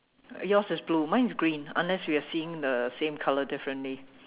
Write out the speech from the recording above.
yours is blue mine is green unless we are seeing the same color differently